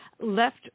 left